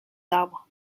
arbres